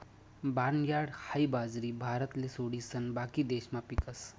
barnyard हाई बाजरी भारतले सोडिसन बाकीना देशमा पीकस